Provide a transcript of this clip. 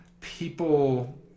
people